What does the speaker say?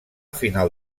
final